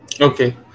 Okay